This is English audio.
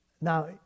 Now